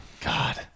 God